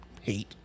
hate